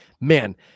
Man